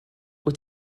wyt